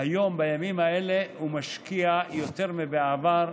בימים אלה משקיע יותר מבעבר,